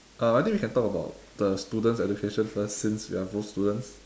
uh I think we can talk about the students education first since we are both students